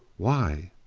why,